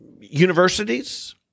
universities